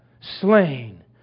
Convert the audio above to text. slain